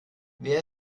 wer